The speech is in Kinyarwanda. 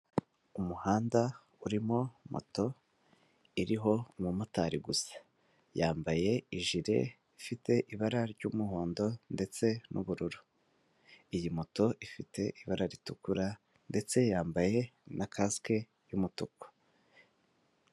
Umuhanda urimo moto iriho umumotari gusa, yambaye ijire ifite ibara ry'umuhondo ndetse n'ubururu, iyi moto ifite ibara ritukura ndetse yambaye na kasike y'umutuku.